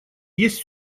есть